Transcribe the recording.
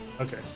Okay